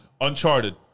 Uncharted